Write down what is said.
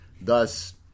Thus